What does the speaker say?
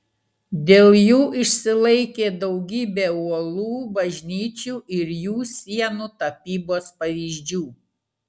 dėl jų išsilaikė daugybė uolų bažnyčių ir jų sienų tapybos pavyzdžių